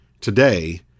today